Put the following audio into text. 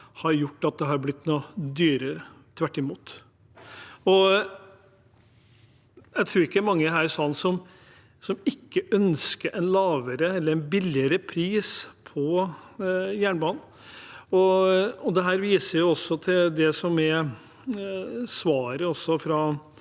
har gjort at det har blitt noe dyrere – tvert imot. Jeg tror ikke det er mange her i salen som ikke ønsker en lavere pris på jernbanen. Dette viser også til det som er svaret fra